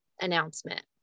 announcement